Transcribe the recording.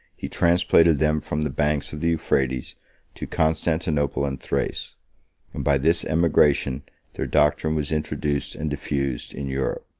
he transplanted them from the banks of the euphrates to constantinople and thrace and by this emigration their doctrine was introduced and diffused in europe.